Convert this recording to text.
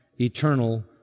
eternal